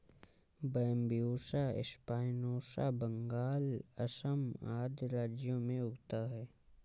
Bambusa spinosa Bengal, Assam आदि राज्यों में उगता है